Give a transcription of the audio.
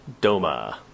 DOMA